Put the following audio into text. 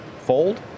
fold